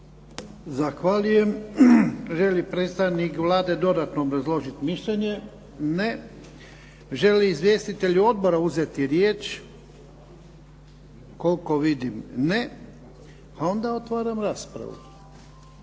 Zahvaljujem. Želi li predstavnik Vlade dodatno obrazložiti mišljenje? Ne. Žele li izvjestitelji odbora uzeti riječ? Koliko vidim ne. Pa onda otvaram raspravu.